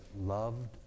loved